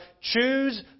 choose